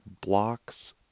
blocks